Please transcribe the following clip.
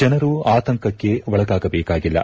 ಜನರು ಆತಂಕಕ್ಕೆ ಒಳಗಾಗಬೇಕಾಗಿಲ್ಲ